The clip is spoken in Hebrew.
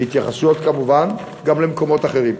בהתייחסות, כמובן, גם למקומות אחרים.